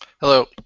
Hello